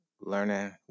learning